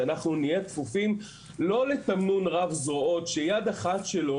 שנהיה כפופים לא לתמנון רב זרועות שיד אחת שלו